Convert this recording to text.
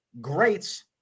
greats